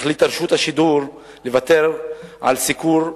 החליטה רשות השידור לוותר על סיקור הטקס.